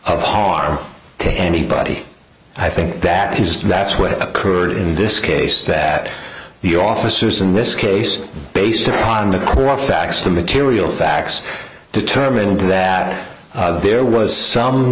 of harm to anybody i think that is that's what occurred in this case that the officers in this case based on the cross facts the material facts determined that there was some